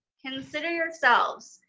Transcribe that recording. consider yourselves,